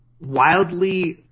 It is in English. wildly